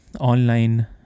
online